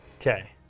Okay